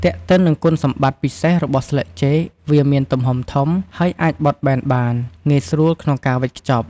ទាក់ទិននឹងគុណសម្បត្តិពិសេសរបស់ស្លឹកចេក វាមានទំហំធំ ហើយអាចបត់បែនបាន ងាយស្រួលក្នុងការវេចខ្ចប់។